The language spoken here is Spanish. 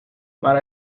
para